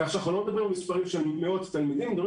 כך שאנחנו לא מדברים על מספרים של מאות תלמידים אלא מדברים